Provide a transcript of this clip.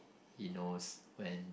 he knows when